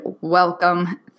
welcome